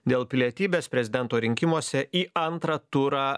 dėl pilietybės prezidento rinkimuose į antrą turą